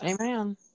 amen